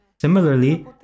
Similarly